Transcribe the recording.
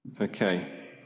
okay